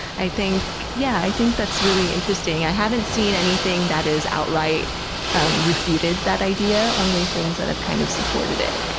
i think yeah i think that's really interesting. i haven't seen anything that has outright um refuted that idea. only things that have kind of supported it.